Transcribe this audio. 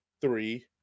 three